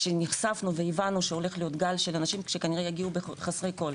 וכשנחשפנו והבנו שהולך להיות גל שלאנשים שכנראה שיגיעו חסרי כל,